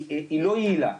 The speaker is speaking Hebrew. היא לא יעילה,